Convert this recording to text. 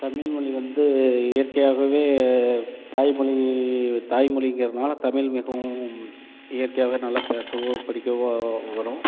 தமிழ்மொழி வந்து இயற்கையாகவே தாய்மொழி தாய்மொழிங்கிறனால தமிழ் மிகவும் இயற்கையாகவே நல்லா பேசவோ படிக்கவோ வரும்